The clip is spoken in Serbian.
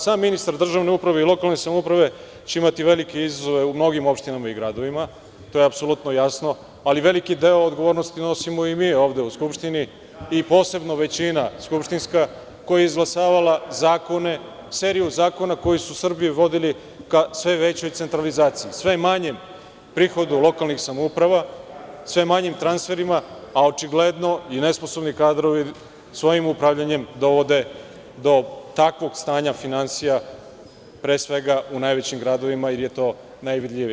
Sam ministar državne uprave i lokalne samouprave će imati velike izazove u mnogim opštinama i gradovima, to je apsolutno jasno, ali veliki deo odgovornosti nosimo i mi ovde u Skupštini i posebno većina skupštinska, koja je izglasavala zakone, seriju zakona koji su Srbiju vodili ka sve većoj centralizaciji, sve manjem prihodu lokalnih samouprava, sve manjim transferima, a očigledno i nesposobni kadrovi svojim upravljanjem dovode do takvog stanja finansija, pre svega u najvećim gradovima, jer je to najvidljivije.